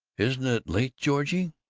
isn't it late, georgie?